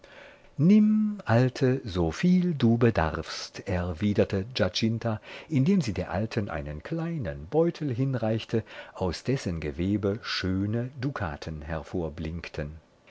nimm alte so viel du bedarfst erwiderte giacinta indem sie der alten einen kleinen beutel hinreichte aus dessen gewebe schöne dukaten